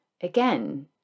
again